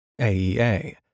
AEA